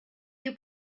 you